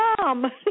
mom